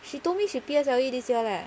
she told me she P_S_L_E this year leh